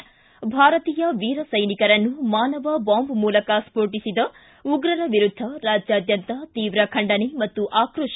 ್ಟಿ ಭಾರತೀಯ ವೀರ ಸೈನಿಕರನ್ನು ಮಾನವ ಬಾಂಬ್ ಮೂಲಕ ಸ್ಟೋಟಿಸಿದ ಉಗ್ರರ ವಿರುದ್ದ ರಾಜ್ಞಾದ್ಯಂತ ತೀವ್ರ ಖಂಡನೆ ಮತ್ತು ಆಕ್ರೋಷ